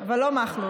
אבל לא מכלוף.